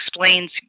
explains